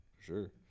Sure